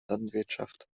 landwirtschaft